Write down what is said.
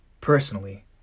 personally